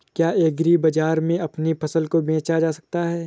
क्या एग्रीबाजार में अपनी फसल को बेचा जा सकता है?